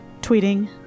Tweeting